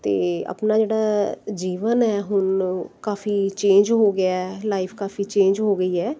ਅਤੇ ਆਪਣਾ ਜਿਹੜਾ ਜੀਵਨ ਹੈ ਹੁਣ ਕਾਫੀ ਚੇਂਜ ਹੋ ਗਿਆ ਲਾਈਫ ਕਾਫੀ ਚੇਂਜ ਹੋ ਗਈ ਹੈ